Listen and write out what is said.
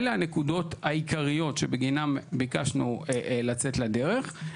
אלה הנקודות העיקריות שבגינן ביקשנו לצאת לדרך.